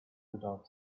without